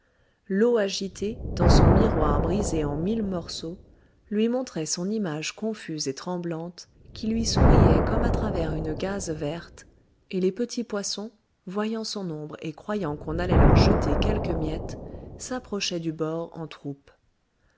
l'eau agitée dans son miroir brisé en mille morceaux lui montrait son image confuse et tremblante qui lui souriait comme à travers une gaze verte et les petits poissons voyant son ombre et croyant qu'on allait leur jeter quelques miettes s'approchaient du bord en troupes